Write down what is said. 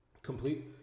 Complete